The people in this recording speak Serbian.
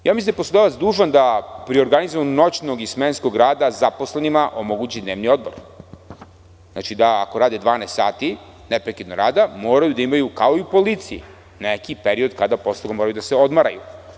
Mislim da je poslodavac dužan da pri organizovanju noćnog i smenskog rada zaposlenima omogući dnevni odmor, da ako rade 12 sati neprekidno moraju da imaju kao i policija neki period kada moraju da se odmaraju.